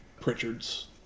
Pritchard's